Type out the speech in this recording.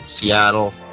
Seattle